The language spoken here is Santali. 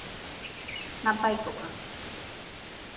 ᱱᱟᱯᱟᱭ ᱠᱚᱜᱼᱟ